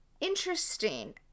interesting